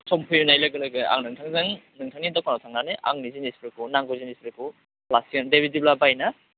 सम फैनाय लोगो लोगो आं नोंथांजों नोंथांनि दखानाव थांनानै आंनि जिनिस नांगौ जिनिसफोरखौ लायसिगोन दे बिदिब्ला बाइ ना